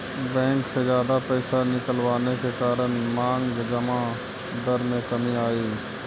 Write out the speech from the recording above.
bank से जादा पैसे निकलवाने के कारण मांग जमा दर में कमी आई